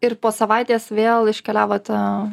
ir po savaitės vėl iškeliavote